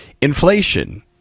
Inflation